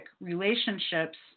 relationships